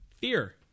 Fear